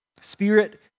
Spirit